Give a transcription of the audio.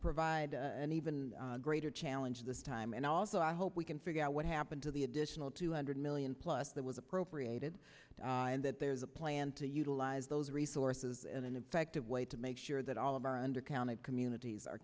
provide an even greater challenge of this time and also i hope we can figure out what happened to the additional two hundred million plus that was appropriated and that there's a plan to utilize those resources and then to to make sure that all of our under counted communities are